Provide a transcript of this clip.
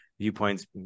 viewpoints